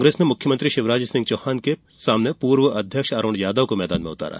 कांग्रेस ने मुख्यमंत्री शिवराज सिंह चौहान के सामने पूर्व प्रदेश अध्यक्ष अरूण यादव को मैदान में उतारा